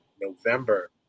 November